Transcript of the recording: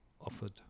offered